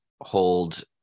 hold